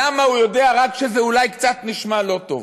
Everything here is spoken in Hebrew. למה הוא יודע רק כשזה אולי נשמע קצת לא טוב?